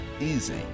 easy